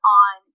on